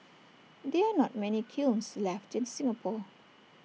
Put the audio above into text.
there are not many kilns left in Singapore